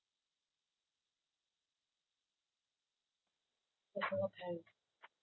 personal pan